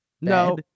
No